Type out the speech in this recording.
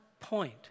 point